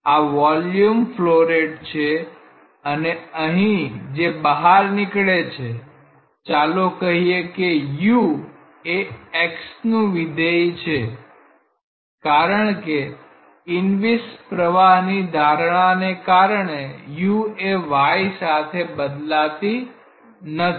આ volume flow rate છે અને અહી જે બહાર નીકળે છે ચાલો કહીએ કે u એ x નું વિધેય છે કારણ કે ઇનવિસ્કીડ પ્રવાહની ધારણાને કારણે u એ y સાથે બદલાતી નથી